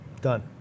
Done